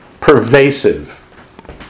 Pervasive